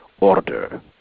order